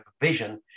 vision